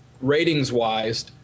ratings-wise